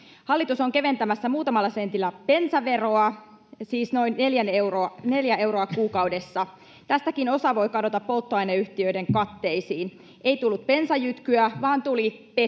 Hallitus on keventämässä muutamalla sentillä bensaveroa, siis noin neljä euroa kuukaudessa. Tästäkin osa voi kadota polttoaineyhtiöiden katteisiin. Ei tullut bensajytkyä, vaan tuli pettymys.